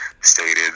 stated